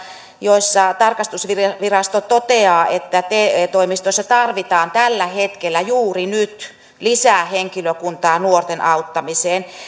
tarkastusvirasto toteaa että te toimistoissa tarvitaan tällä hetkellä juuri nyt lisää henkilökuntaa nuorten auttamiseen